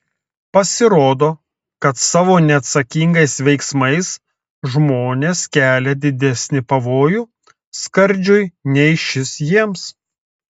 pasirodo kad savo neatsakingais veiksmais žmonės kelia didesnį pavojų skardžiui nei šis jiems